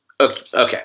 Okay